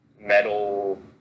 metal